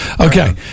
Okay